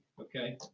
Okay